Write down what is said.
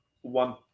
one